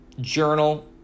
journal